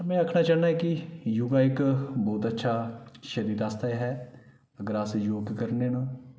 में आखना चाहन्नां ऐं कि योगा इक बहुत अच्छा शरीर आस्तै ऐ अगर अस योग करने न